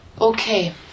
Okay